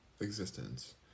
existence